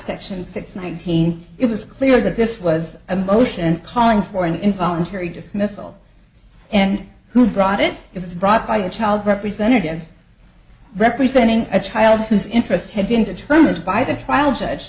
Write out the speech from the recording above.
section six nineteen it was clear that this was a motion and calling for an involuntary dismissal and who brought it it was brought by a child representative representing a child whose interest had been determined by the trial judge